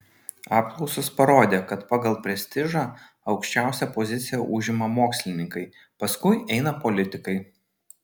apklausos parodė kad pagal prestižą aukščiausią poziciją užima mokslininkai paskui eina politikai